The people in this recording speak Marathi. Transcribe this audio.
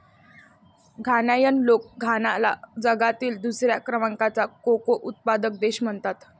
घानायन लोक घानाला जगातील दुसऱ्या क्रमांकाचा कोको उत्पादक देश म्हणतात